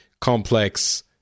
complex